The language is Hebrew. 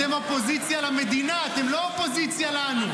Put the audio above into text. אתם אופוזיציה למדינה, אתם לא אופוזיציה לנו.